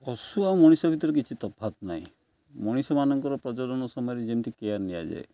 ଅଶୁ ଆଉ ମଣିଷ ଭିତରେ କିଛି ତଫାତ୍ ନାହିଁ ମଣିଷମାନଙ୍କର ପ୍ରଜଜନ ସମୟରେ ଯେମିତି କେୟାର୍ ନିଆଯାଏ